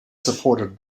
supported